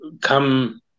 come